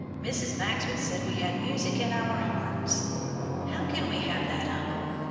mrs. maxwell said we had music in our hearts how can we have that, uncle?